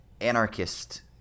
anarchist